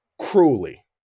Cruelly